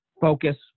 focus